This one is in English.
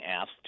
asked